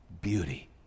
beauty